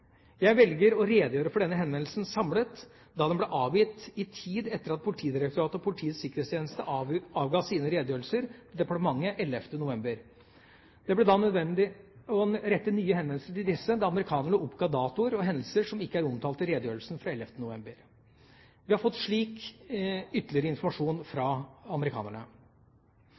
Jeg velger å redegjøre for denne henvendelsen samlet, da den ble avgitt i tid etter at Politidirektoratet og Politiets sikkerhetstjeneste avga sine redegjørelser til departementet 11. november. Det ble nødvendig å rette nye henvendelser til disse da amerikanerne oppga datoer og hendelser som ikke er omtalt i redegjørelsen fra 11. november. Vi har fått slik ytterligere informasjon fra amerikanerne: